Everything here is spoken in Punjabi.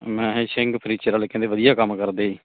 ਮੈਂ ਸਿੰਘ ਫਰਨੀਚਰ ਵਾਲੇ ਕਹਿੰਦੇ ਵਧੀਆ ਕੰਮ ਕਰਦੇ